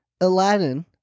Aladdin